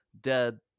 dead